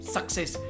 Success